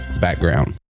background